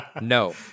No